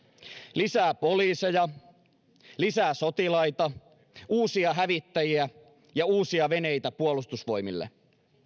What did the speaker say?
lisää poliiseja lisää sotilaita uusia hävittäjiä ja uusia veneitä puolustusvoimille